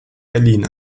berlin